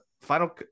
final